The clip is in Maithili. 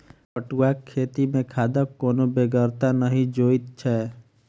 पटुआक खेती मे खादक कोनो बेगरता नहि जोइत छै